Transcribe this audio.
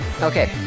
Okay